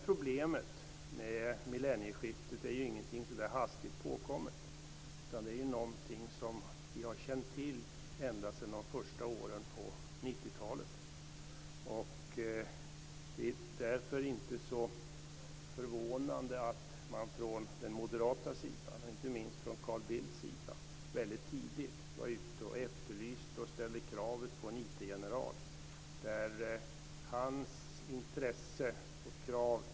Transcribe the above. Problemet med millennieskiftet är ingenting som är hastigt påkommet, utan det är någonting som vi har känt till ända sedan början av 90-talet. Det är därför inte så förvånande att man från moderaterna, inte minst från Carl Bildt, var ute väldigt tidigt och ställde krav på en att det skulle utses IT-general.